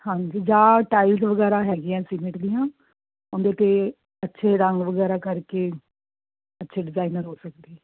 ਹਾਂਜੀ ਜਾ ਟਾਈਲਸ ਵਗੈਰਾ ਹੈਗੀਆਂ ਸੀਮਿਟ ਦੀਆਂ ਉਹ ਦੇ 'ਤੇ ਅੱਛੇ ਰੰਗ ਵਗੈਰਾ ਕਰਕੇ ਅੱਛੇ ਡਿਜ਼ਾਇਨਰ ਹੋ ਸਕਦੀ